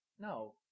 No